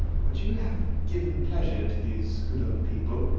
but you have given pleasure to these good old people,